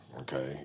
Okay